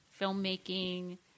filmmaking